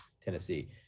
Tennessee